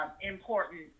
important